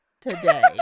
today